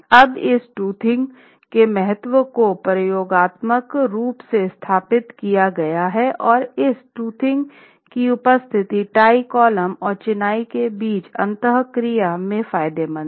अब इस टूटिंग के महत्व को प्रयोगात्मक रूप से सत्यापित किया गया है और इस टूटिंग की उपस्थिति टाई कॉलम और चिनाई के बीच अंतःक्रिया में फायदेमंद है